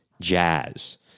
jazz